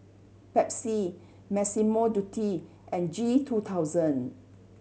Pepsi Massimo Dutti and G two thousand